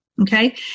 okay